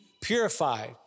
purified